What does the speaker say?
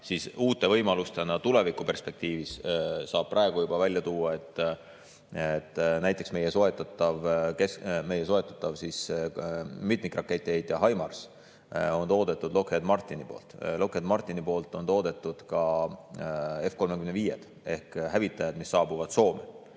et uute võimalustena tulevikuperspektiivis saab praegu juba välja tuua, et näiteks meie soetatav mitmikraketiheitja HIMARS on Lockheed Martini toodetud. Lockheed Martini toodetud on ka F‑35 ehk hävitajad, mis saabuvad Soome.